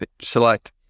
select